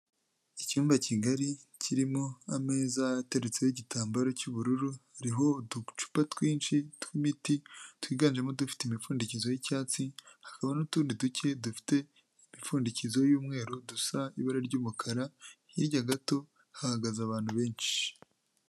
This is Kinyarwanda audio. Icyumba kigari kirimo ameza ateretseho igitambaro cy'ubururu, hariho uducupa twinshi tw'imiti twiganjemo udufite imipfundikizo y'icyatsi, hakaba n'utundi duke dufite imipfundikizo y'umweru dusa ibara ry'umukara, hirya gato hahagaze abantu benshi.